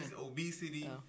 obesity